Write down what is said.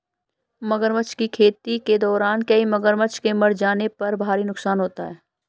मगरमच्छ की खेती के दौरान कई मगरमच्छ के मर जाने पर भारी नुकसान होता है